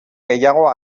gehiago